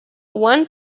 one